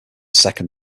second